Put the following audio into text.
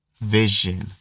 Vision